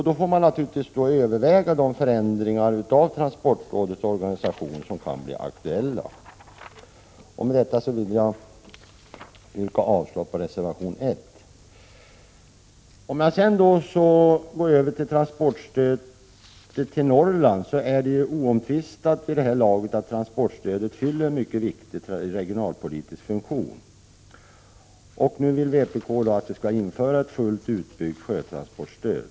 Då får vi naturligtvis överväga de förändringar av transportrådets organisation som kan bli aktuella. Med detta vill jag yrka avslag på reservation 1. Jag går sedan över till transportstödet till Norrland. Det är vid det här laget oomtvistat att transportstödet fyller en mycket viktig regionalpolitisk funktion. Nu vill vpk att vi skall införa ett fullt utbyggt sjötransportstöd.